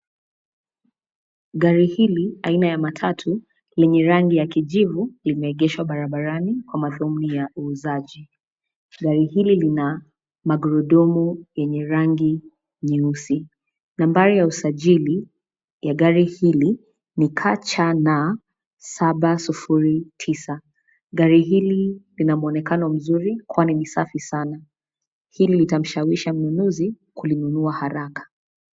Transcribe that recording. Gari hili aina ya matatu lenye rangi ya kijivu, limeegeshwa barabarani kwa madhumuni ya uuzaji. Gari hili lina magurudumu yenye rangi nyeusi. Nambari ya usajili ya gari hili ni KCN 709. Gari hili lina muonekano mzuri kwani ni safi sana. Hili litamshawishi mnunuzi kulinunua haraka.